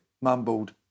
mumbled